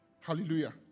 Hallelujah